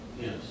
Yes